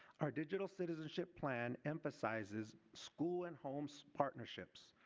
our digital citizenship plan emphasizes school and home so partnerships.